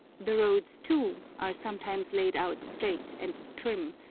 the roads, too, are sometimes laid out straight and trim,